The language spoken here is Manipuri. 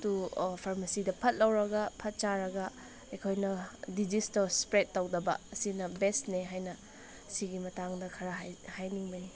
ꯇꯨ ꯐꯥꯔꯃꯥꯁꯤꯗ ꯐꯠ ꯂꯧꯔꯒ ꯐꯠ ꯆꯥꯔꯒ ꯑꯩꯈꯣꯏꯅ ꯗꯤꯖꯤꯁꯇꯣ ꯏꯁꯄ꯭ꯔꯦꯠ ꯇꯧꯗꯕ ꯑꯁꯤꯅ ꯕꯦꯁꯅꯦ ꯍꯥꯏꯅ ꯁꯤꯒꯤ ꯃꯇꯥꯡꯗ ꯈꯔ ꯍꯥꯏꯅꯤꯡꯕꯅꯤ